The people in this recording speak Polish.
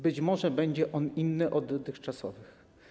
Być może będzie on inny od dotychczasowych.